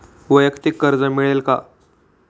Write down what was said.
वैयक्तिक कर्ज मिळेल का?